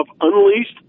Unleashed